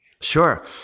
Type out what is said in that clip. Sure